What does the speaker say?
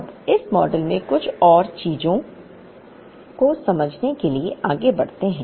अब इस मॉडल में कुछ और चीजों को समझने के लिए आगे बढ़ते हैं